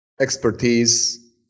expertise